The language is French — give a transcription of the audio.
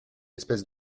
espèce